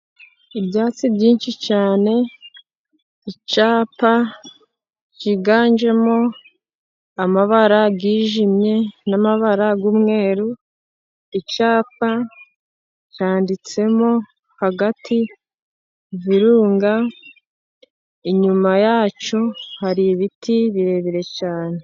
Ibyatsi byinshi cyane, icyapa cyiganjemo amabara yijimye n'amabara y'umweru, icypa cyanditsemo hagati Virunga, inyuma ya cyo hari ibiti birebire cyane.